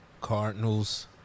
Cardinals